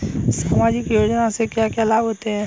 सामाजिक योजना से क्या क्या लाभ होते हैं?